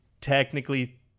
technically